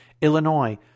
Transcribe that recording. Illinois